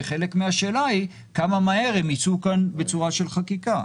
וחלק מהשאלה היא כמה מהר הם יצאו כאן בצורה של חקיקה?